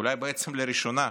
ואולי בעצם לראשונה?